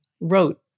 wrote